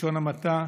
בלשון המעטה,